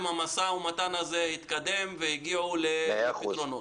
המשא ומתן הזה התקדם והגיעו לפתרונות.